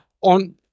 on